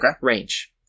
range